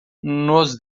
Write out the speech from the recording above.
nos